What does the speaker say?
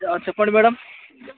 చెప్పండి మ్యాడమ్